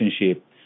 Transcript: relationship